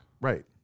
right